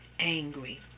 angry